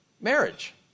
marriage